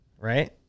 Right